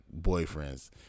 boyfriends